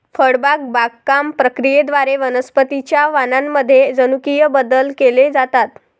फळबाग बागकाम प्रक्रियेद्वारे वनस्पतीं च्या वाणांमध्ये जनुकीय बदल केले जातात